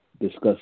discuss